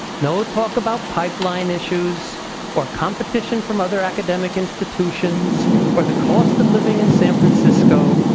no ah talk about pipeline issues or competition from other academic institutions or the cost of living in san francisco.